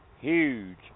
huge